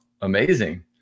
amazing